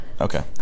Okay